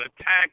attack